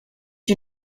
you